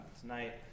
tonight